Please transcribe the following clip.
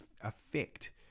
affect